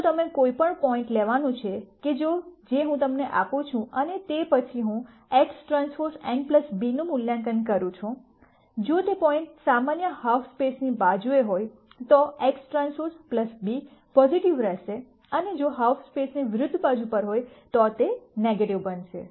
જો તમે કોઈ પણ પોઇન્ટ લેવાનું છે કે જે હું તમને આપું છું તે અને પછી હું X T n b નું મૂલ્યાંકન કરું છું જો તે પોઇન્ટ સામાન્ય હાલ્ફ સ્પેસની બાજુએ હોય તો X T b પોઝિટિવ રહેશે અને જો હાલ્ફ સ્પેસની વિરુદ્ધ બાજુ પર હોય તો તે નેગેટિવ બનશે